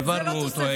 העברנו אותו.